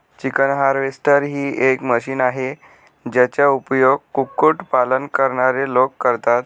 chicken harvester ही एक machine आहे, ज्याचा उपयोग कुक्कुट पालन करणारे लोक करतात